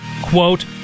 Quote